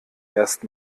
erst